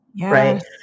right